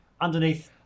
underneath